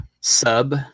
sub